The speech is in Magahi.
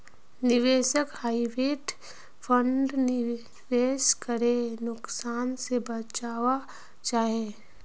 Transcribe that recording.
निवेशक हाइब्रिड फण्डत निवेश करे नुकसान से बचवा चाहछे